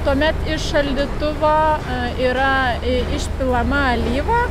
tuomet iš šaldytuvo yra išpilama alyva